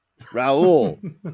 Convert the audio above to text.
Raul